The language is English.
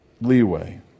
leeway